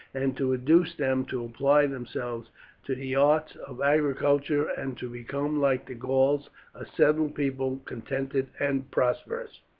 and to induce them to apply themselves to the arts of agriculture, and to become, like the gauls, a settled people contented and prosperous.